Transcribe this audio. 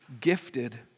Gifted